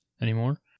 anymore